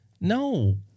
No